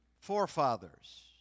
forefathers